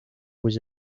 with